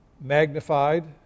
magnified